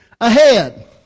ahead